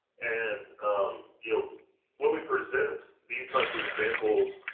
and you know when we present these types of examples